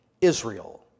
Israel